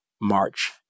March